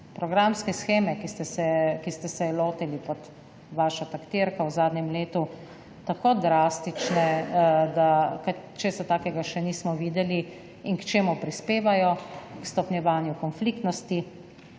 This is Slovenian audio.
programske sheme, ki ste se jo lotili pod vašo taktirko v zadnjem letu, tako drastične, da česa takega še nismo videli. In k čemu prispevajo? K stopnjevanju konfliktnosti,